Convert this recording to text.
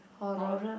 horror